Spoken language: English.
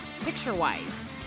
picture-wise